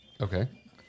Okay